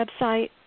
website